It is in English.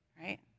right